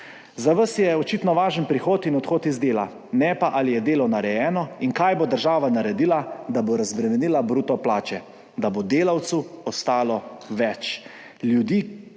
Za vas je očitno važen prihod in odhod iz dela, ne pa to, ali je delo narejeno in kaj bo država naredila, da bo razbremenila bruto plače, da bo delavcu ostalo več.